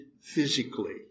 physically